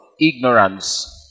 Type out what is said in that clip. ignorance